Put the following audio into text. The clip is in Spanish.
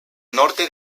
norte